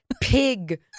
pig